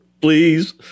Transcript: please